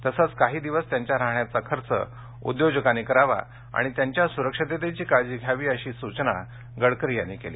तसंच काही दिवस त्यांच्या राहण्याचा खर्च उद्योजकांनी करावा आणि त्यांच्या सुरक्षेची काळजी घ्यावी अशी सूचना गडकरी यांनी केली